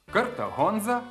kartą honza